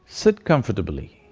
sit comfortably,